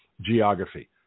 geography